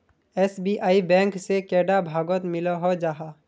SBI bank से कैडा भागोत मिलोहो जाहा?